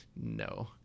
no